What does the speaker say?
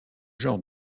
genre